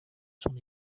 son